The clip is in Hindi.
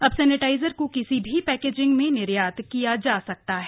अब सेनिटाइजर को किसी भी पैकेजिंग में निर्यात किया जा सकता है